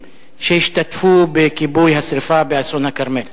שהשתתפו בכיבוי השרפה באסון הכרמל.